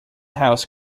house